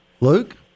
Luke